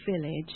village